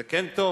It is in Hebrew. זה כן טוב?